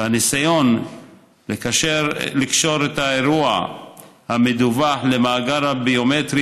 והניסיון לקשור את האירוע המדווח למאגר הביומטרי